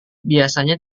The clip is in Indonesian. biasanya